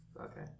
Okay